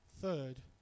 third